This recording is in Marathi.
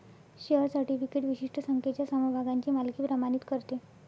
शेअर सर्टिफिकेट विशिष्ट संख्येच्या समभागांची मालकी प्रमाणित करते